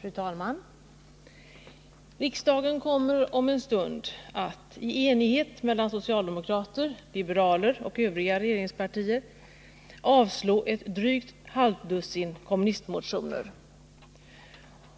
Fru talman! Riksdagen kommer om en stund att — i enighet mellan socialdemokrater, liberaler och övriga regeringspartier — avslå ett drygt halvdussin kommunistmotioner.